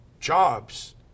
jobs